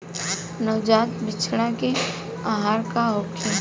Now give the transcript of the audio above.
नवजात बछड़ा के आहार का होखे?